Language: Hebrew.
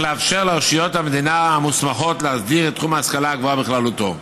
לאפשר לרשויות המדינה המוסמכות להסדיר את תחום ההשכלה הגבוהה בכללותו.